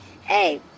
hey